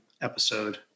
episode